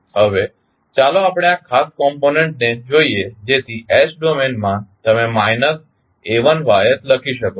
હવે ચાલો આપણે આ ખાસ કોમપોનંટને જોઈએ જેથી s ડોમેન માં તમે માઇનસ a1ys લખી શકો છો